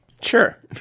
Sure